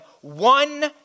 one